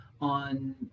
on